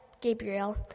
Gabriel